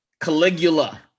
Caligula